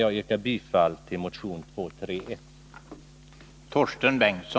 Jag yrkar bifall till motion 231.